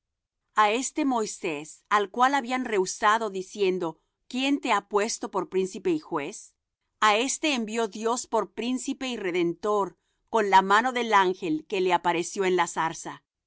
a este moisés al cual habían rehusado diciendo quién te ha puesto por príncipe y juez á éste envió dios por príncipe y redentor con la mano del ángel que le apareció en la zarza